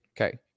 Okay